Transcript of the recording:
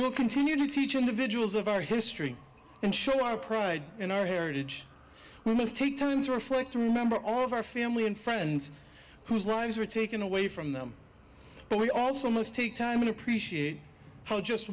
will continue to teach individuals of our history and show our pride in our heritage we must take time to reflect to remember all of our family and friends whose lives were taken away from them but we also must take time to appreciate how just